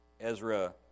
Ezra